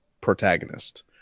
protagonist